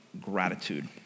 gratitude